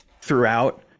throughout